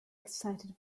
excited